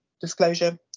Disclosure